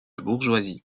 bourgeoisie